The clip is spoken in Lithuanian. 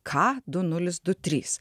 ką du nulis du trys